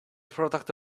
product